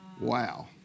Wow